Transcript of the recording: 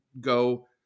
go